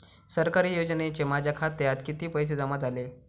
सरकारी योजनेचे माझ्या खात्यात किती पैसे जमा झाले?